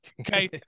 Okay